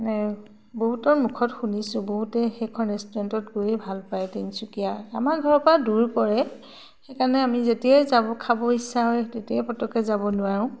মানে বহুতৰ মুখত শুনিছোঁ বহুতে সেইখন ৰেষ্টুৰেণ্টত গৈ ভাল পায় তিনচুকীয়া আমাৰ ঘৰৰ পৰা দূৰ পৰে সেইকাৰণে আমি যেতিয়াই যাব খাব ইচ্ছা হয় তেতিয়াই পটকে যাব নোৱাৰোঁ